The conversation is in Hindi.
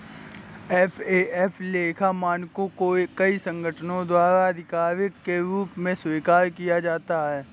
एफ.ए.एफ लेखा मानकों को कई संगठनों द्वारा आधिकारिक के रूप में स्वीकार किया जाता है